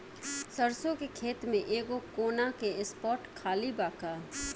सरसों के खेत में एगो कोना के स्पॉट खाली बा का?